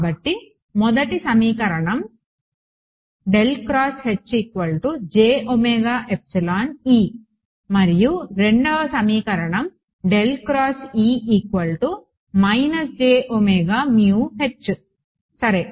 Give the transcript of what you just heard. కాబట్టి మొదటి సమీకరణం మరియు రెండవ సమీకరణం సరే